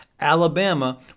Alabama